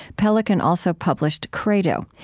pelikan also published credo,